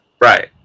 Right